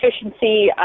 efficiency